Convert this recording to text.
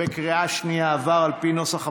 בנוסח הוועדה,